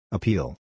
Appeal